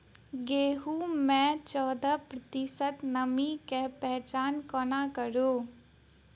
गेंहूँ मे चौदह प्रतिशत नमी केँ पहचान कोना करू?